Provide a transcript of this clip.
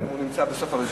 הוא נמצא בסוף הרשימה.